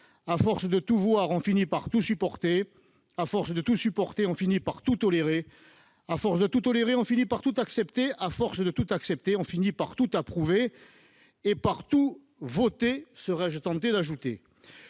à force de tout voir, on finit par tout supporter ... À force de tout supporter, on finit par tout tolérer ... À force de tout tolérer, on finit par tout accepter ... À force de tout accepter, on finit par tout approuver !» Je serais tenté d'ajouter :